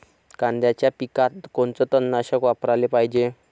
कांद्याच्या पिकात कोनचं तननाशक वापराले पायजे?